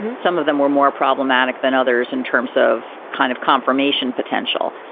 some of them were more problematic than others in terms of kind of confirmation potential.